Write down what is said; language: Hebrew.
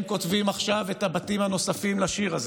הם כותבים עכשיו את הבתים הנוספים לשיר הזה,